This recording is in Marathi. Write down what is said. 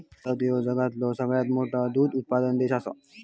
भारत ह्यो जगातलो सगळ्यात मोठो दूध उत्पादक देश आसा